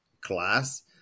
class